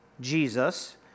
Jesus